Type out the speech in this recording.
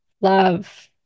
love